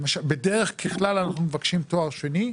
בדרך כלל אנחנו מבקשים תואר שני,